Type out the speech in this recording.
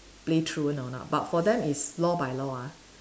play truant or not but for them is law by law ah